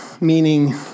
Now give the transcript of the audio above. meaning